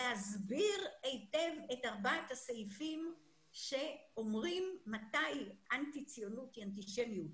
להסביר היטב את ארבעת הסעיפים שאומרים מתי אנטי ציונות היא אנטישמיות.